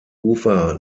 ufer